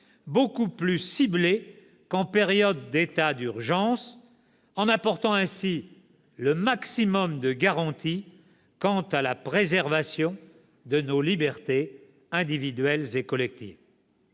beaucoup plus ciblées qu'en période d'état d'urgence, en apportant ainsi le maximum de garantie quant à la préservation de nos libertés individuelles et collectives.